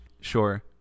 sure